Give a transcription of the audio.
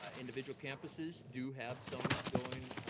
ah individual campuses do have some going,